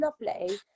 lovely